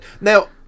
Now